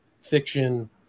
fiction